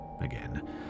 Again